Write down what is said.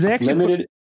Limited